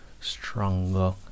stronger